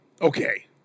okay